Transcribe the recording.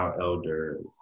elders